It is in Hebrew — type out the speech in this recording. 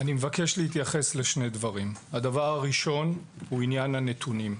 אני מבקש להתייחס לשני דברים: הדבר הראשון הוא עניין הנתונים.